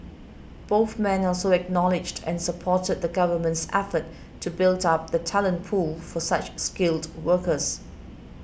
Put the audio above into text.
both men also acknowledged and supported the Government's efforts to build up the talent pool for such skilled workers